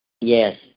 Yes